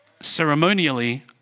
ceremonially